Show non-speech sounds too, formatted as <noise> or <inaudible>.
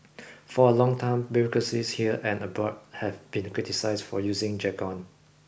<noise> for a long time bureaucracies here and abroad have been criticized for using jargon